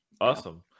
Awesome